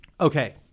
Okay